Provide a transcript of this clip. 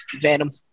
Venom